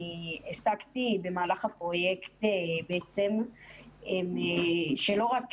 אני הסקתי במהלך הפרויקט, שלא רק